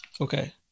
okay